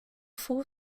full